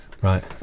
Right